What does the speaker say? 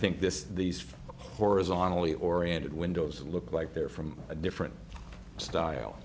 think this these horizontally oriented windows look like they're from a different style